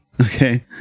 Okay